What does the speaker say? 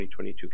2022